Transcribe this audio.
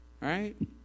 Right